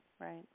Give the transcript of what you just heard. right